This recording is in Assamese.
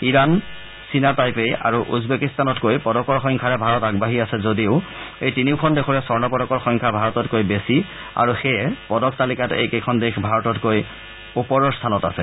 ইৰাণ চীনা টাইপেই আৰু উজবেকিস্তানতকৈ পদকৰ সংখ্যাৰে ভাৰত আগবাঢ়ি আছে যদিও এই তিনিওখন দেশৰে স্বৰ্ণ পদকৰ সংখ্যা ভাৰততকৈ বেছি আৰু সেয়ে পদক তালিকাত এইকেইখন দেশ ভাৰততকৈ ওপৰৰ স্তানত আছে